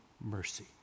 mercy